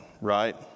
Right